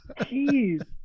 Jeez